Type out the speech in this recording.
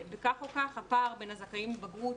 כך או כך, הפער בין הזכאים לבגרות